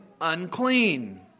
unclean